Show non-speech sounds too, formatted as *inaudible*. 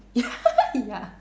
ya *laughs* ya